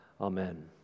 Amen